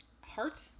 Heart